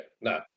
No